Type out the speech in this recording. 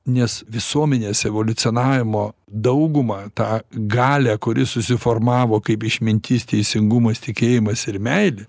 nes visuomenės evoliucionavimo daugumą tą galią kuri susiformavo kaip išmintis teisingumas tikėjimas ir meilė